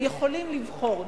הם יכולים לבחור,